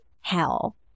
hell